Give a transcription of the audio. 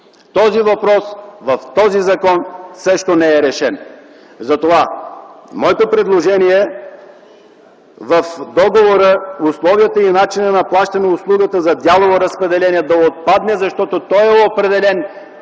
Този въпрос в този закон също не е решен. Затова моето предложение е в договора условията и начина на плащане на услугата за дялово разпределение да отпадне, защото той е определен